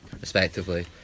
respectively